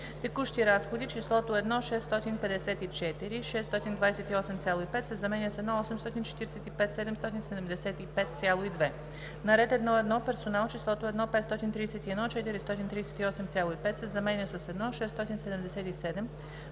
Текущи разходи числото „1 654 628,5“ се заменя с „1 845 775,2“; - на ред 1.1. Персонал числото „1 531 438,5“ се заменя с „1 677